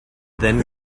then